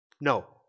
No